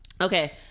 okay